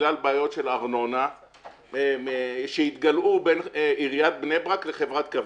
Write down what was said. בגלל בעיות של ארנונה שהתגלעו בין עיריית בני ברק לחברת קווים.